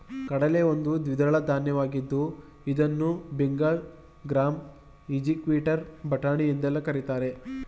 ಕಡಲೆ ಒಂದು ದ್ವಿದಳ ಧಾನ್ಯವಾಗಿದ್ದು ಇದನ್ನು ಬೆಂಗಲ್ ಗ್ರಾಂ, ಈಜಿಪ್ಟಿಯನ್ ಬಟಾಣಿ ಎಂದೆಲ್ಲಾ ಕರಿತಾರೆ